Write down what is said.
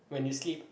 when you sleep